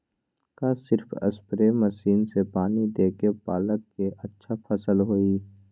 का सिर्फ spray machine से पानी देके पालक के अच्छा फसल होई?